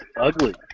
ugly